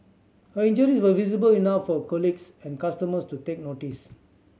her injuries were visible enough for colleagues and customers to take notice